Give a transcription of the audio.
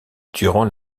durant